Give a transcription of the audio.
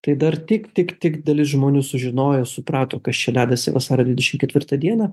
tai dar tik tik tik dalis žmonių sužinojo suprato kas čia dedasi vasario dvidešim ketvirtą dieną